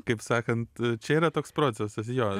kaip sakant čia yra toks procesas jo